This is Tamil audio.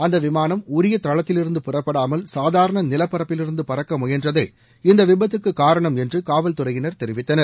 அந்த விமானம் உரிய தளத்திலிருந்து புறப்படாமல் சாதாரண நிலப்பரப்பிலிருந்து பறக்க முயன்றதே இந்த விபத்துக்கு காரணம் என்று காவல்துறையினர் தெரிவித்தனர்